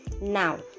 now